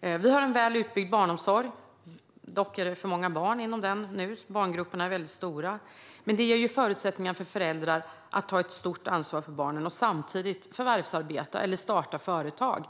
Vi har en väl utbyggd barnomsorg. Dock är det nu för många barn inom den, och barngrupperna är väldigt stora. Men det ger förutsättningar för föräldrar att ta ett stort ansvar för barnen och samtidigt förvärvsarbeta eller starta företag.